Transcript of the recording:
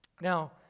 now